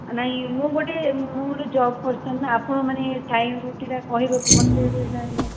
ନାଇଁ ମୁଁ ଗୋଟେ ମୁଁ ଗୋଟେ ଜବ୍ କରିଛନ୍ତି ନା ଆପଣ ମାନେ ଟାଇମ୍ରେ ସେଇଟା କହିବେ କି ମତେ ଏବେ ଟାଇମ୍ ଦେବାକୁ